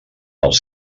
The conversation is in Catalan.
els